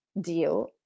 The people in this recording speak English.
deal